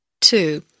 two